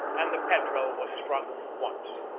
and the petrel was struck once.